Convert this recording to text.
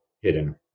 hidden